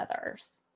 others